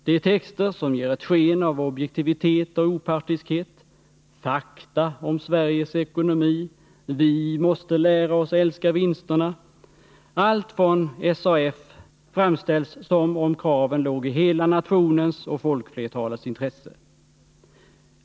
Det är texter som ger ett sken av objektivitet och opartiskhet — Fakta om Sveriges ekonomi, Vi måste lära oss älska vinsterna. Allt från SAF framställs som om kraven låg i hela nationens och folkflertalets intresse.